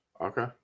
Okay